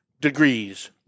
degrees